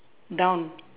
down